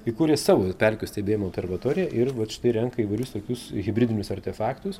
įkūrė savo pelkių stebėjimo observatoriją ir vat štai renka įvairius tokius hibridinius artefaktus